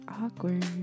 Awkward